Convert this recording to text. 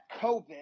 COVID